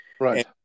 right